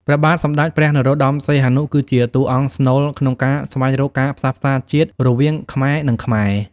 ព្រះបាទសម្តេចព្រះ នរោត្តម សីហនុ គឺជាតួអង្គស្នូលក្នុងការស្វែងរកការផ្សះផ្សាជាតិរវាងខ្មែរ និងខ្មែរ។